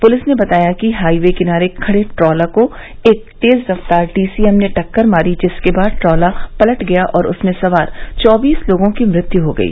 police ने बताया कि हाइवे किनारे खड़े ट्रॉला को एक तेज रफ्तार डीसीएम ने टक्कर मारी जिसके बाद ट्रॉला पलट गया और उसमें सवार चौबीस लोगों की मृत्यु हो गई